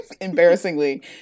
embarrassingly